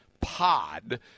pod